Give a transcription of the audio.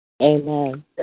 Amen